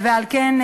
ועל כן,